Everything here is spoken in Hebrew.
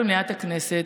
במליאת הכנסת,